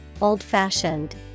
old-fashioned